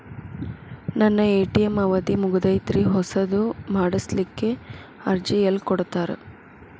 ನನ್ನ ಎ.ಟಿ.ಎಂ ಅವಧಿ ಮುಗದೈತ್ರಿ ಹೊಸದು ಮಾಡಸಲಿಕ್ಕೆ ಅರ್ಜಿ ಎಲ್ಲ ಕೊಡತಾರ?